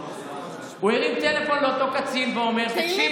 הוא הרים טלפון לאותו קצין ואמר: תקשיב,